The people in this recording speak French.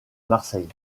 marseille